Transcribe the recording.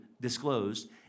disclosed